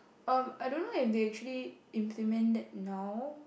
um I don't know if they actually implement that now